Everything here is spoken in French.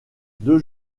deux